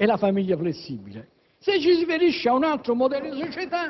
Allora, se si ha questo modello di società liquida,